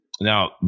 Now